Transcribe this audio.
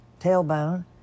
tailbone